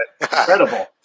incredible